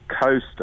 coaster